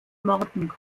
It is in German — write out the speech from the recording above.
morden